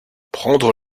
prendre